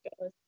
goes